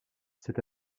cet